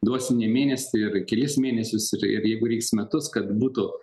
duosim ne mėnesį ir kelis mėnesius ir ir jeigu reiks metus kad būtų